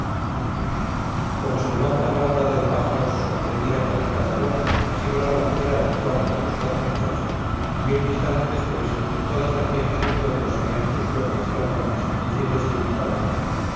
como se levanta la bandada de pájaros sorprendida por el cazador así volaron fuera del cuarto los cuatro muchachos y un instante después todas lasviejas del pueblo salían a sus puertas y balcones diciéndose unas a otras